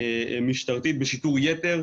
משטרתית בשיטור יתר,